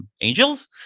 angels